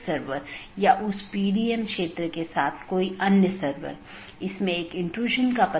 अगला राउटर 3 फिर AS3 AS2 AS1 और फिर आपके पास राउटर R1 है